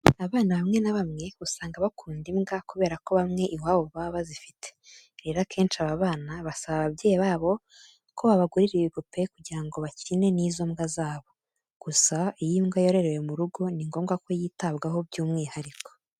Abana bamwe na bamwe usanga bakunda imbwa kubera ko bamwe iwabo baba bazifite. Rero akenshi aba bana basaba ababyeyi babo ko babagurira ibipupe kugira ngo bakine n'izo mbwa zabo. Gusa iyo imbwa yororewe mu rugo ni ngombwa ko yitabwaho by'umwihariko.